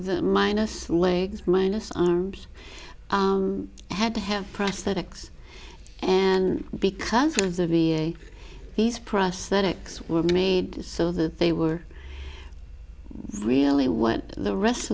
minus legs minus arms had to have prosthetics and because of the v a these prosthetics were made so that they were really went the rest